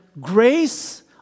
grace